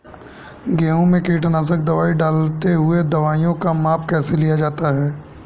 गेहूँ में कीटनाशक दवाई डालते हुऐ दवाईयों का माप कैसे लिया जाता है?